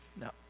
No